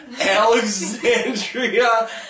Alexandria